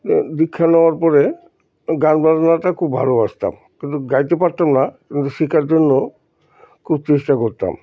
দীক্ষা নেওয়ার পরে গান বাজনা টা খুব ভালোবাসতাম কিন্তু গাইতে পারতাম না কিন্তু শেখার জন্য খুব চেষ্টা করতাম